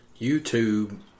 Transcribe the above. YouTube